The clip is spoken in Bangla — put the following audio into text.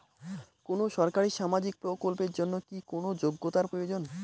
কোনো সরকারি সামাজিক প্রকল্পের জন্য কি কোনো যোগ্যতার প্রয়োজন?